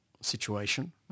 situation